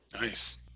Nice